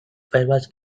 firewalls